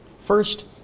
First